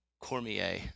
Cormier